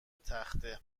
تخته